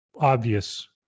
obvious